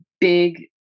big